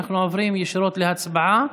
אנחנו עוברים ישירות להצבעה.